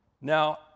Now